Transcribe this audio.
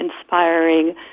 inspiring